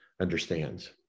understands